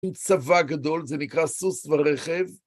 עם צבא גדול, זה נקרא סוס ברכב.